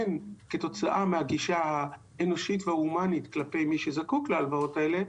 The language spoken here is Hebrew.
הן כתוצאה מהגישה האנושית וההומנית כלפי מי שזקוק להלוואות האלה,